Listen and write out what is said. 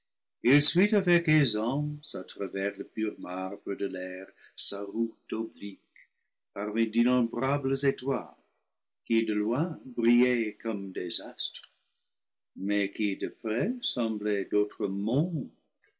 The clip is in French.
avec aisance à travers le pur marbré de l'air sa route oblique parmi d'innombrables étoiles qui de loin brillaient comme des astres mais qui de près semblaient d'autres mondes